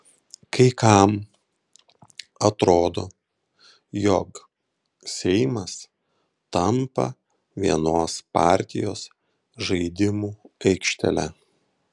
kai kam atrodo jog seimas tampa vienos partijos žaidimų aikštele